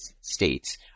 States